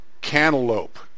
cantaloupe